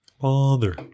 Father